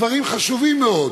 דברים חשובים מאוד,